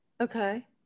Okay